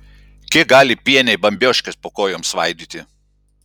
kiek gali pieniai bambioškes po kojom svaidyti